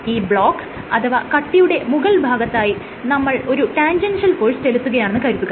ഈ ബ്ലോക്ക് അഥവാ കട്ടിയുടെ മുകൾ ഭാഗത്തായി നമ്മൾ ഒരു ടാൻജെൻഷ്യൽ ഫോഴ്സ് ചെലുത്തുകയാണെന്ന് കരുതുക